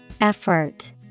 Effort